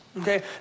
okay